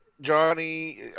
Johnny